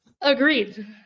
Agreed